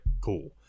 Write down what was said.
cool